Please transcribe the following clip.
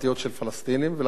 ולכן צריך לפנות.